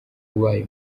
ubaye